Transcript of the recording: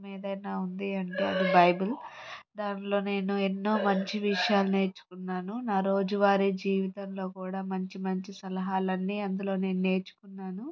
ఏదైనా ఉంది అంటే అది బైబిల్ దానిలో నేను ఎన్నో మంచి విషయాలు నేర్చుకున్నాను నా రోజు వారి జీవితంలో కూడా మంచి మంచి సలహాలన్నీ అందులో నేను నేర్చుకున్నాను